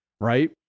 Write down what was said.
right